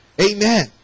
Amen